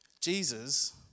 Jesus